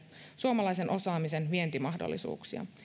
suomalaisen osaamisen vientimahdollisuuksia